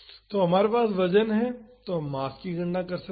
तो हमारे पास वजन है तो हम मास की गणना कर सकते हैं